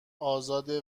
آزاده